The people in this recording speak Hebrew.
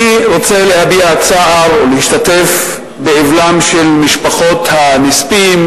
אני רוצה להביע צער ולהשתתף באבלן של משפחות הנספים,